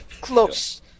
close